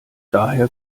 daher